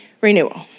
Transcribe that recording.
renewal